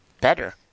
Better